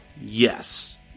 yes